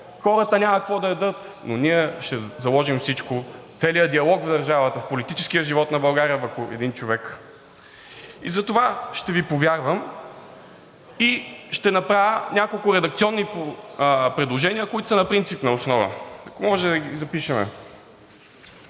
хората няма какво да ядат, но ние ще заложим всичко, целия диалог за държавата в политическия живот на България върху един човек. И затова ще Ви повярвам, и ще направя няколко редакционни предложения, които са на принципна основа. Ако може да ги запишем.